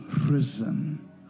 risen